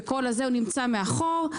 הוא נמצא מאחור.